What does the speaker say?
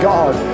God